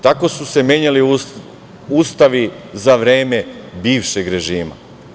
Tako su se menjali ustavi za vreme bivšeg režima.